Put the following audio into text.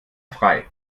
frei